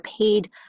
paid